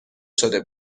شده